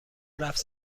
رفت